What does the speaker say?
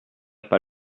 pas